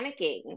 panicking